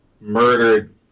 murdered